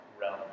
realm